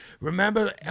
remember